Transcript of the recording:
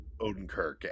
Odenkirk